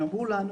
הם אמרו לנו,